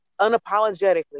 unapologetically